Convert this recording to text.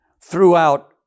throughout